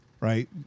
right